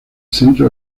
centro